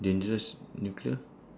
dangerous nuclear